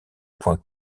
point